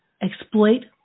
exploit